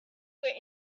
were